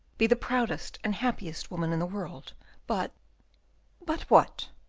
be the proudest and happiest woman in the world but but what?